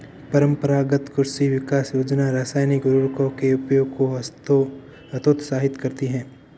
परम्परागत कृषि विकास योजना रासायनिक उर्वरकों के उपयोग को हतोत्साहित करती है